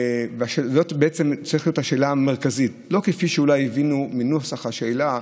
והשאלה המרכזית צריכה להיות לא כפי שאולי הבינו מנוסח השאלה,